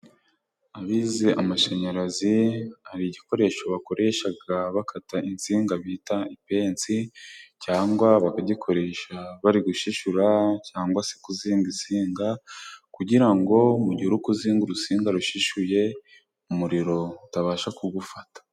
Abize amashanyarazi, hari igikoresho bakoresha, bakata insinga bita ipensi cyangwa bakagikoresha, bari gushishura, cyangwa se kuzinga insinga, kugira ngo mugihe uri kuzinga urutsinga rushishuye, umuriro utabasha kugufata.